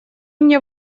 мне